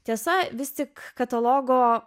tiesa vis tik katalogo